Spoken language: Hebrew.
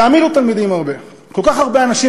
והעמידו תלמידים הרבה: כל כך הרבה אנשים